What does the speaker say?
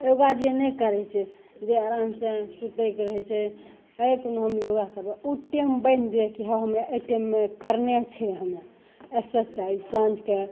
योगा जे नहि करय छै जे आरामसँ सूतयके रहय छै हे कोन हम योगा करबऽ उ टाइम बान्हि दियौ की हँ हमरा अइ टाइममे करनाय छै हमरा एक्सरसाइज साँझके